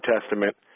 Testament